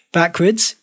backwards